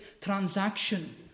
transaction